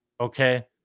Okay